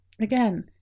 Again